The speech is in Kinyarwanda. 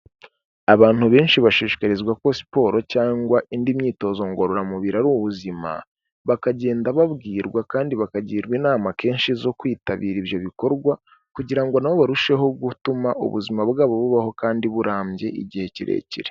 Abantu benshi bashishikarizwa ko siporo cyangwa indi myitozo ngororamubiri ari ubuzima, bakagenda babwirwa kandi bakagirwa inama kenshi zo kwitabira ibyo bikorwa, kugira ngo na bo barusheho gutuma ubuzima bwabo bubaho kandi burambye igihe kirekire.